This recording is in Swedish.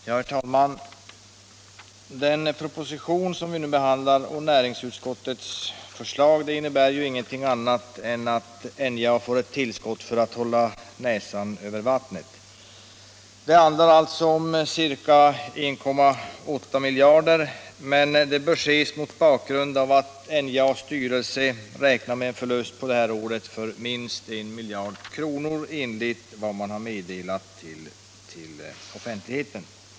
Herr talman! Den proposition och det förslag från näringsutskottet som vi nu behandlar innebär ju ingenting annat än att NJA får ett tillskott för att kunna hålla näsan över vattnet. Det handlar om ca 1,8 miljarder kronor, men summan bör ses mot bakgrund av att NJA:s styrelse räknar med en förlust för det här året av minst 1 miljard kronor enligt vad man har meddelat till offentligheten.